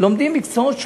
לומדים מקצועות שונים.